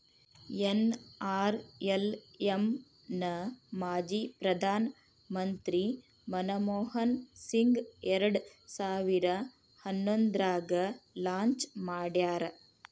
NRLM ನ ಮಾಜಿ ಪ್ರಧಾನ್ ಮಂತ್ರಿ ಮನಮೋಹನ್ ಸಿಂಗ್ ಎರಡ್ ಸಾವಿರ ಹನ್ನೊಂದ್ರಾಗ ಲಾಂಚ್ ಮಾಡ್ಯಾರ